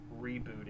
rebooted